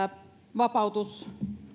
vapautus